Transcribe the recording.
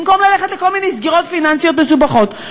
במקום ללכת לכל מיני סגירות פיננסיות מסובכות,